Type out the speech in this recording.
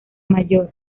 mayor